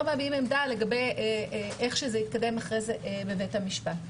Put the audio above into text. מביעים עמדה לגבי איך זה יתקדם אחרי זה בבית המשפט.